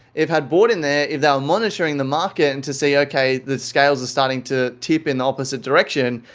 if they had bought in there, if they were monitoring the market, and to see, okay, the scales are starting to tip in the opposite direction.